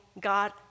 God